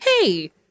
hey